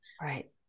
Right